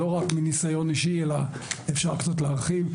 לא רק מניסיון אישי, אלא אפשר קצת להרחיב.